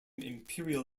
imperial